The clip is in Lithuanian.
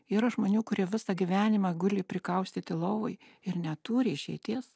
yra žmonių kurie visą gyvenimą guli prikaustyti lovoj ir neturi išeities